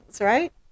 right